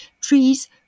trees